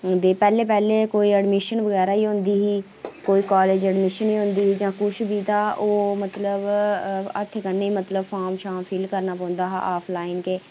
नेईं ते पैह्ले पैह्ले कोई ऐडमीशन बगैरा ई होंदी ही कोई कालेज ऐडमीशन ई होंदी ही जां कुछ बी तां ओह् मतलब हत्थें कन्नै मतलब फार्म शार्म फिल करना पौंदा हा आफलाइन ते